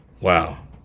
Wow